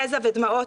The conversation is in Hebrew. יזע ודמעות,